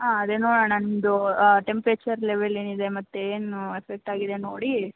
ಹಾಂ ಅದೇ ನೋಡೋಣ ನಿಮ್ದು ಟೆಂಪ್ರೇಚರ್ ಲೆವೆಲ್ ಏನಿದೆ ಮತ್ತೆ ಏನು ಎಫೆಕ್ಟ್ ಆಗಿದೆ ನೋಡಿ